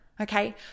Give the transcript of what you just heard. Okay